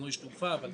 אני לא איש תעופה, אבל